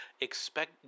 expect